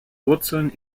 wurzeln